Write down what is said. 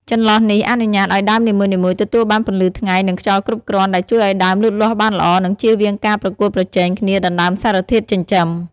ចន្លោះនេះអនុញ្ញាតឲ្យដើមនីមួយៗទទួលបានពន្លឺថ្ងៃ និងខ្យល់គ្រប់គ្រាន់ ដែលជួយឲ្យដើមលូតលាស់បានល្អ និងចៀសវាងការប្រកួតប្រជែងគ្នាដណ្ដើមសារធាតុចិញ្ចឹម។